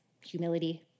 humility